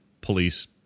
police